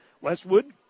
Westwood